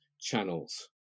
channels